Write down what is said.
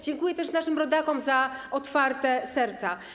Dziękuję też naszym rodakom za otwarte serca.